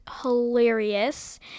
hilarious